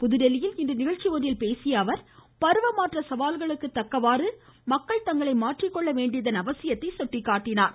புதுதில்லியில் இன்று நிகழ்ச்சி ஒன்றில்பேசிய அவர் பருவமாற்ற சவால்களுக்கு தக்கவாறு மக்கள் தங்களை மாற்றிக்கொள்ள வேண்டியதன் அவசியத்தையும் சுட்டிக்காட்டினார்